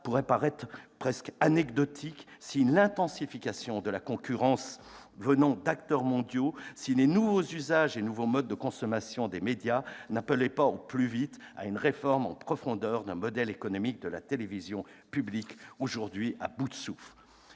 pourrait paraître presque anecdotique si l'intensification de la concurrence venant d'acteurs mondiaux ainsi que les nouveaux usages et modes de consommation des médias n'appelaient pas au plus vite une réforme en profondeur d'un modèle économique de la télévision publique aujourd'hui à bout de souffle.